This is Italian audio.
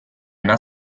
una